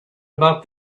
about